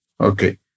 Okay